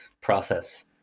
process